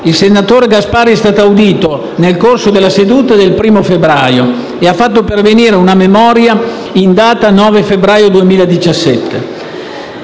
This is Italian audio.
Il senatore Gasparri è stato audito nel corso della seduta del 1° febbraio 2017 e ha fatto pervenire una memoria in data 9 febbraio 2017.